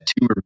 two